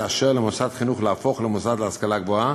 לאשר למוסד חינוך להפוך למוסד להשכלה גבוהה